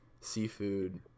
seafood